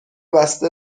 بسته